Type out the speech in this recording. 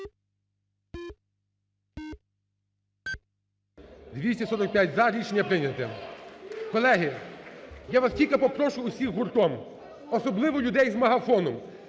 За-245 Рішення прийнято. Колеги, я вас тільки попрошу всіх гуртом, особливо людей з мегафоном.